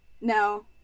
No